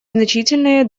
значительные